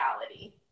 reality